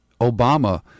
Obama